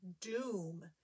doom